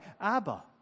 Abba